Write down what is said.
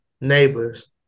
neighbors